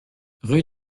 rue